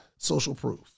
socialproof